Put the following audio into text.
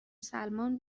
سلمان